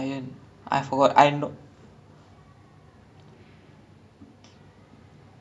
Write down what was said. ayan is the [one] where I were~ he he was err the he he was smuggling stuff across borders